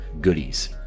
goodies